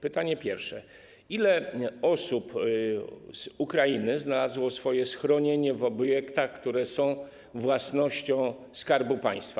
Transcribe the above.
Pytanie pierwsze: Ile osób z Ukrainy znalazło schronienie w obiektach, które są własnością Skarbu Państwa?